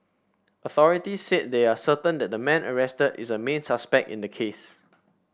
authorities said they are certain that the man arrested is a main suspect in the case